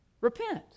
Repent